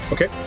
Okay